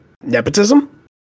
nepotism